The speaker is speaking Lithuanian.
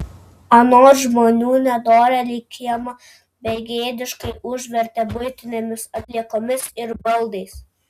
anot žmonių nedorėliai kiemą begėdiškai užvertė buitinėmis atliekomis ir baldais